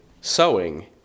sewing